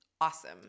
awesome